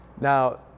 Now